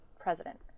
president